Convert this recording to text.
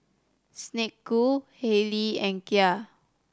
Snek Ku Haylee and Kia